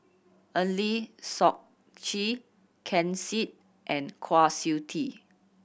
Eng Lee Seok Chee Ken Seet and Kwa Siew Tee